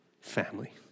family